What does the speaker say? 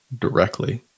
directly